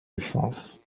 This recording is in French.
essence